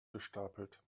gestapelt